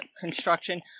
Construction